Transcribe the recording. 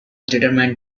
determined